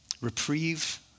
reprieve